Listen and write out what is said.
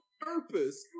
purpose